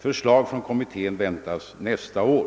Förslag från kommittén väntas nästa år.